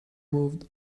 moved